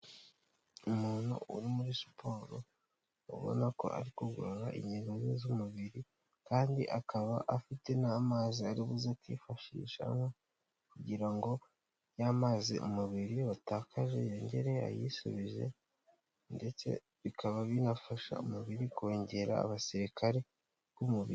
Umuntu uri muri siporo, ubona ko ari kugorora ingingo ze z'umubiri, kandi akaba afite n'amazi ari buza akifashisha anywa kugira ngo y'amazi umubiri watakaje yongere ayisubize, ndetse bikaba binafasha umubiri kongera abasirikare b'umubiri.